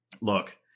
look